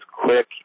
quick